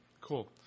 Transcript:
Cool